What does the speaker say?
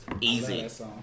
Easy